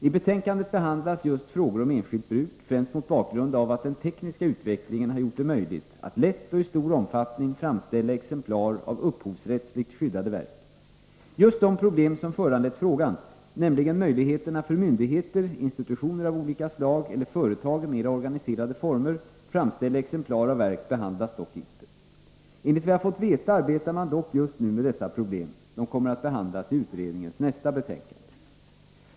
I betänkandet behandlas just frågor om enskilt bruk, främst mot bakgrund av att den tekniska utvecklingen har gjort det möjligt att lätt och i stor omfattning framställa exemplar av upphovsrättsligt skyddade verk. Just de problem som föranlett frågan, nämligen möjligheterna för myndigheter, institutioner av olika slag eller företag att i mera organiserade former framställa exemplar av verk behandlas dock inte. Enligt vad jag fått veta arbetar man dock just nu med dessa problem. De kommer att behandlas i utredningens nästa betänkande.